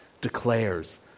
declares